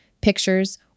pictures